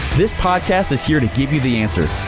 this podcast is here to give you the answer.